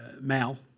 Mal